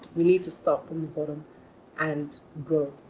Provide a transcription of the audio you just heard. we need to start from the bottom and grow.